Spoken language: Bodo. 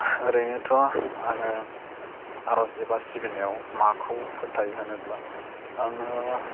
ओरैनोथ' आङो आर'ज एबा सिबिनायाव माखौ फोथायो होनोब्ला आङो